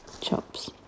Chops